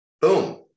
Boom